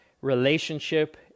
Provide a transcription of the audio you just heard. relationship